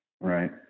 right